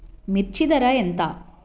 మిర్చి ధర ఎంత?